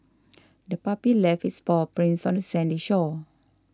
the puppy left its paw prints on the sandy shore